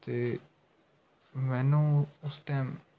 ਅਤੇ ਮੈਨੂੰ ਉਸ ਟਾਈਮ